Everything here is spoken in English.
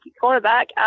quarterback